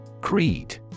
Creed